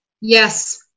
Yes